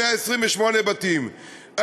128 בתים,